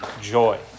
joy